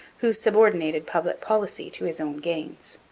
who subordinated public policy to his own gains.